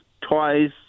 twice